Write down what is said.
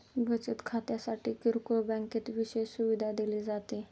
बचत खात्यासाठी किरकोळ बँकेत विशेष सुविधा दिली जाते